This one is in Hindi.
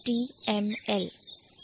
HTMLक्या है